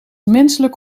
menselijk